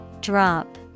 Drop